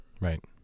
right